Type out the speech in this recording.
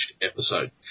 episode